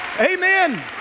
Amen